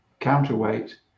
counterweight